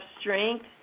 strength